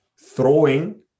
throwing